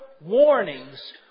warnings